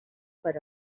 per